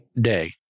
day